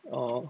orh